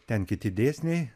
ten kiti dėsniai